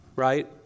right